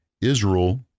Israel